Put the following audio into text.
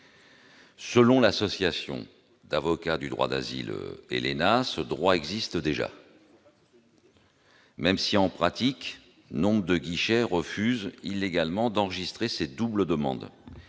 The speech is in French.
Selon l'association d'avocats du droit d'asile ELENA, ce droit existe déjà, même si, en pratique, nombre de guichets refusent illégalement d'enregistrer ces doubles demandes